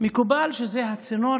מקובל שזה הצינור